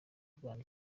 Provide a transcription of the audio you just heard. rwanda